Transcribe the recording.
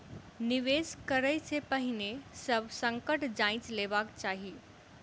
निवेश करै से पहिने सभ संकट जांइच लेबाक चाही